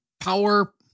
Power